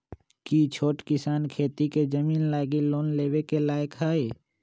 कि छोट किसान खेती के जमीन लागी लोन लेवे के लायक हई?